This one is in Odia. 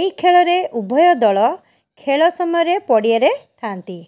ଏଇ ଖେଳରେ ଉଭୟ ଦଳ ଖେଳ ସମୟରେ ପଡ଼ିଆରେ ଥାଆନ୍ତି